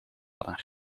hadden